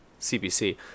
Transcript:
cbc